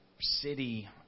city